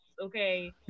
Okay